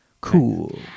Cool